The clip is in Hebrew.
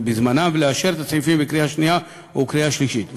ולאשר את הסעיפים בקריאה שנייה ובקריאה שלישית.